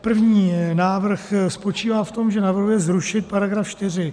První návrh spočívá v tom, že navrhuje zrušit § 4.